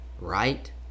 right